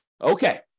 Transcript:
Okay